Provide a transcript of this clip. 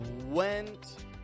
Went